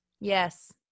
Yes